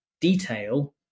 detail